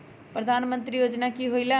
प्रधान मंत्री योजना कि होईला?